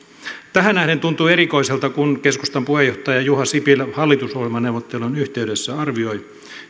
tähän nähden tuntuu erikoiselta kun keskustan puheenjohtaja juha sipilä hallitusohjelmaneuvottelujen yhteydessä arvioi